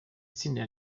tsinda